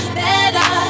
better